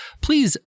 Please